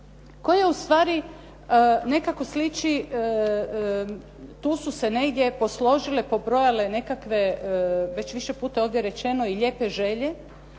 koji ustvari nekako sliči, tu su se negdje posložile, pobrojale nekakve već više puta ovdje rečeno i lijepe želje,